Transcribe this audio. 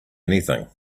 anything